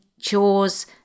chores